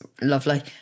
lovely